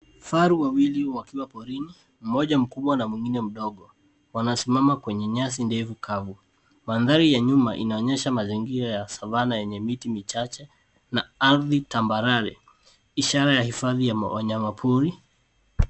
Faru wawili wakiwa porini, mmoja mkubwa na mwengine mdogo wanasimama kwenye nyasi ndefu kavu. Mandhari ya nyuma inaonyesha mazingira ya savana yenye miti michache na ardhi tambarare ishara ya hifadhi ya wanyamapori.